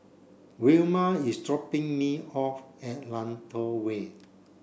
Wilma is dropping me off at Lentor Way